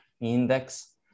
index